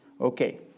Okay